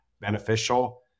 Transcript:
beneficial